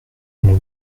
nous